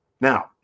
Now